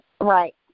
Right